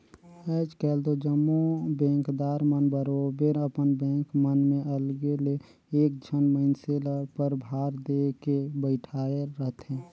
आएज काएल दो जम्मो बेंकदार मन बरोबेर अपन बेंक मन में अलगे ले एक झन मइनसे ल परभार देके बइठाएर रहथे